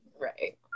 Right